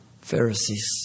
Pharisees